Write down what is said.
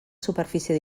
superfície